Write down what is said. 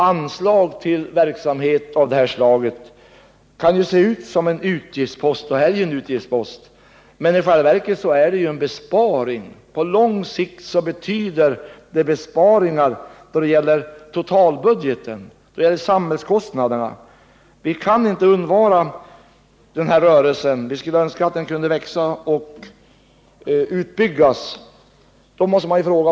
Anslag till verksamhet av detta slag utgör naturligtvis en utgiftspost men innebär i själva verket också en besparing. På lång sikt medför dessa anslag minskade samhällskostnader. Vi kan alltså inte vara utan denna rörelse. Tvärtom önskar vi att den kan växa och byggas ut.